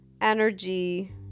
energy